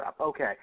Okay